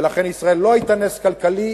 ולכן ישראל לא היתה נס כלכלי,